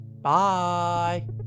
Bye